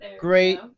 great